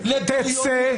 תצא.